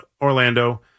Orlando